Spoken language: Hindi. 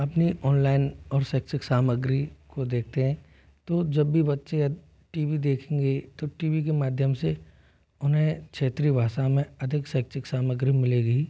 अपनी ऑनलाइन और शैक्षिक सामग्री को देखते हैं तो जब भी बच्चे टी वी देखेंगे तो टी वी के माध्यम से उन्हें क्षेत्रीय भाषा में अधिक शैक्षिक सामग्री मिलेगी